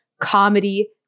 comedy